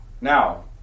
Now